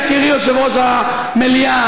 יקירי יושב-ראש המליאה,